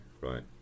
right